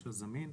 ממשל זמין.